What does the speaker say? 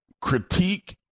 critique